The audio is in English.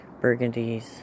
burgundies